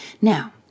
Now